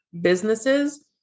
businesses